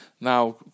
Now